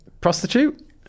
prostitute